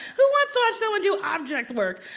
who wants to watch someone do object work?